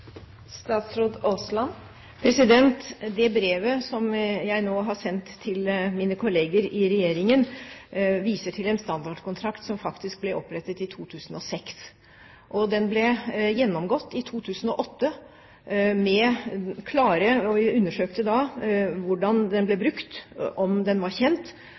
Det brevet som jeg nå har sendt til mine kolleger i regjeringen, viser til en standardkontrakt som faktisk ble opprettet i 2006. Den ble gjennomgått i 2008. Vi undersøkte da hvordan den ble brukt, om den var kjent